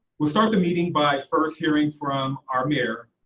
we'll start the meeting by first hearing from our mayor,